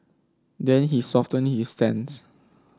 then he softened his stance